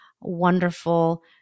wonderful